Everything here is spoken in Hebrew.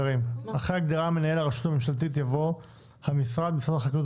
(ב)אחרי ההגדרה "מנהל הרשות הממשלתית" יבוא: ""המשרד" משרד החקלאות